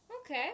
Okay